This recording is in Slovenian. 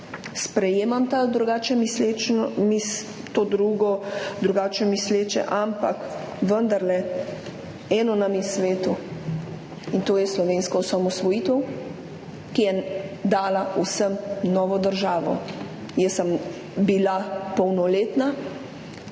sprejemam to drugačno mišljenje, ampak vendarle, eno nam je sveto, in to je slovenska osamosvojitev, ki je dala vsem novo državo. Jaz sem bila polnoletna,